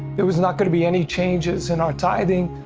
it was not going to be any changes in our tithing,